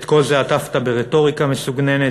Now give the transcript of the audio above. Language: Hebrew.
את כל זה עטפת ברטוריקה מסוגננת,